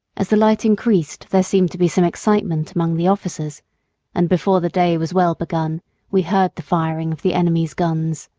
as the light increased there seemed to be some excitement among the officers and before the day was well begun we heard the firing of the enemy's guns.